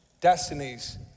destinies